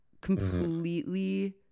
completely